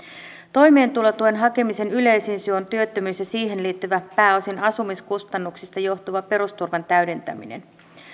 toimeentulotuen hakemisen yleisin syy on työttömyys ja siihen liittyvä pääosin asumiskustannuksista johtuva perusturvan täydentäminen